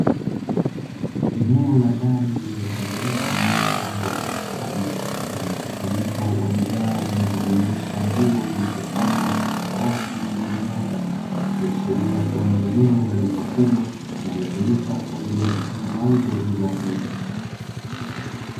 Eneo la ndani lililotengenezwa na kupambwa kwa ustadi, lenye mkusanyiko wa bidhaa zinazojumuisha nguo zilizopangwa katika rafu zilizonyooka, ikiashiria kuwa ni eneo la duka kubwa linalotumika kwa ajili ya kufanya mauzo ya bidhaa hizo.